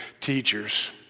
teachers